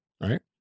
right